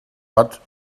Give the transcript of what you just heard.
but